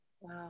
Wow